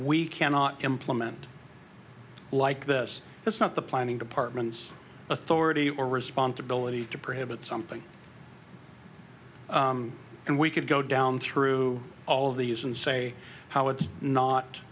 we cannot implement like this it's not the planning department's authority or responsibility to prohibit something and we could go down through all of these and say how it's not